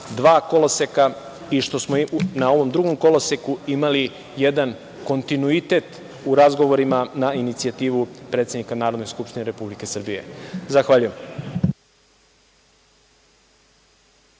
dva koloseka i što smo na ovom drugom koloseku imali jedan kontinuitet u razgovorima na inicijativu predsednika Narodne skupštine Republike Srbije. Zahvaljujem.